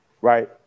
right